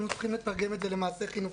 צריך לתרגם את זה למעשה חינוכי.